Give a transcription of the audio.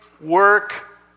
work